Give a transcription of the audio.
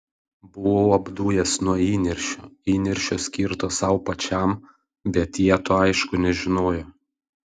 buvau apdujęs nuo įniršio įniršio skirto sau pačiam bet jie to aišku nežinojo